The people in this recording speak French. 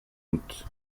doute